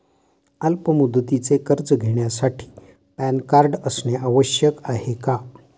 अल्प मुदतीचे कर्ज घेण्यासाठी पॅन कार्ड असणे आवश्यक आहे का?